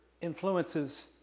influences